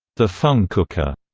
the funcooker,